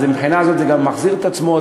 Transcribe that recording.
אז מהבחינה הזאת זה גם מחזיר את עצמו,